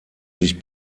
sich